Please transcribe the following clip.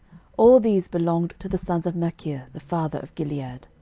all these belonged to the sons of machir the father of gilead.